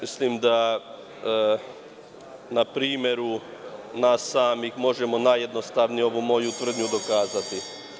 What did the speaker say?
Mislim da na primeru nas samih možemo najjednostavnije ovu moju tvrdnju dokazati.